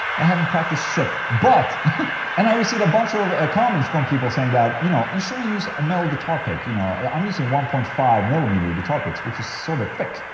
i haven't practiced shit, but. and i received a bunch of ah comments from people saying that you know, you shouldn't use a metal guitar pick you know, i'm using one point five millimeter guitar picks, which is sort of thick,